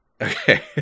Okay